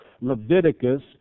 Leviticus